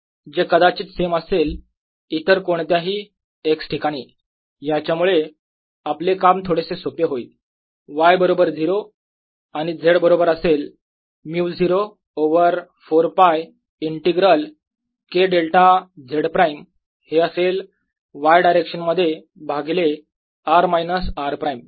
जे कदाचित सेम असेल इतर कोणत्याही x ठिकाणी याच्यामुळे आपले काम थोडेसे सोपे होईल y बरोबर 0 आणि z बरोबर असेल μ0 over 4 π integral k delta Z prime हे असेल Y डायरेक्शन मध्ये भागिले r मायनस r प्राईम